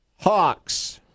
Hawks